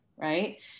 Right